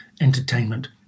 entertainment